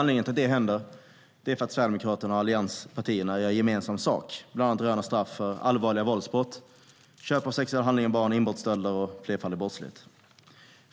Anledningen till att det händer är att Sverigedemokraterna och allianspartierna gör gemensam sak rörande straff för bland annat allvarliga våldsbrott, köp av sexuell handling av barn, inbrottsstölder och flerfaldig brottslighet.